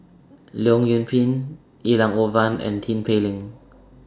Leong Yoon Pin Elangovan and Tin Pei Ling